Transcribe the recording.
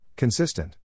Consistent